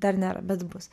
dar nėra bet bus